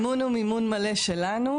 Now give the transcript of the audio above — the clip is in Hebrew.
המימון הוא מימון מלא שלנו,